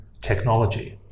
technology